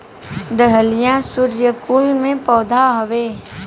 dahlia सूर्यकुल के पौधा हवे